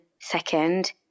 second